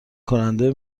کننده